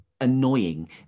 annoying